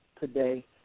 today